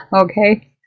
Okay